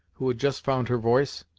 who had just found her voice.